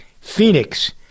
Phoenix